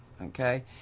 okay